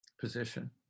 position